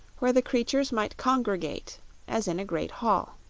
where the creatures might congregate as in a great hall.